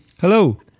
Hello